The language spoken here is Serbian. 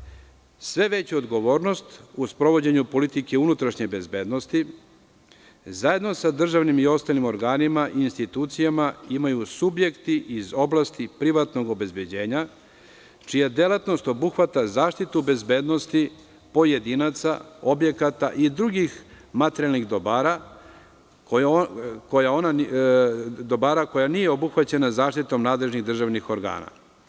– sve veća odgovornost u sprovođenju politike unutrašnje bezbednosti zajedno sa državnim i ostalim organima i institucijama imaju subjekti iz oblasti privatnog obezbeđenja, čija delatnost obuhvata zaštitu bezbednosti pojedinaca, objekata i drugih materijalnih dobara koja nisu obuhvaćena zaštitom nadležnih državnih organa.